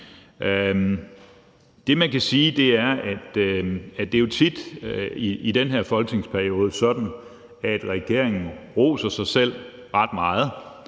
Det, man kan sige, er, at det tit i den her folketingsperiode er sådan, at regeringen roser sig selv ret meget.